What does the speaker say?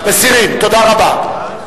מסירים תודה רבה.